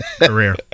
career